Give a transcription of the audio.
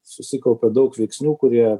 susikaupė daug veiksnių kurie